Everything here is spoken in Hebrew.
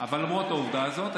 אבל למרות העובדה הזאת,